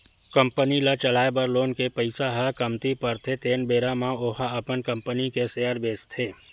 company ल चलाए बर लोन के पइसा ह कमती परथे तेन बेरा म ओहा अपन कंपनी के सेयर बेंचथे